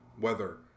weather